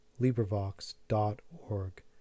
LibriVox.org